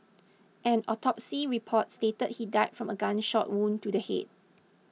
an autopsy report stated he died from a gunshot wound to the head